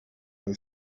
boy